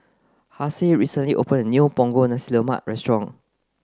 Hassie recently opened a new Punggol Nasi Lemak restaurant